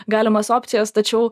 galimas opcijas tačiau